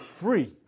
free